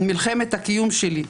מלחמת הקיום שלי.